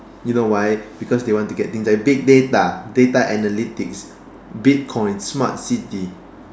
you know why because they want to get things like big data data analytics bitcoin smart city